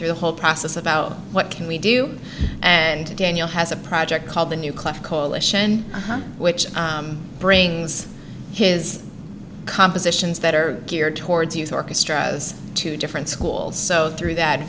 through the whole process about what can we do and daniel has a project called the new class coalition which brings his compositions that are geared towards youth orchestras to different schools so through that